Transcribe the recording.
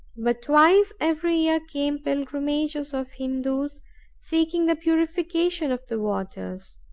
but twice every year came pilgrimages of hindoos seeking the purification of the waters.